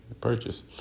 purchase